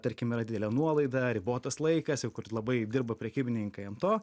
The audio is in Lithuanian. tarkim yra didelė nuolaida ribotas laikas ir kur labai dirba prekybininkai ant to